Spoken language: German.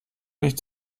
nicht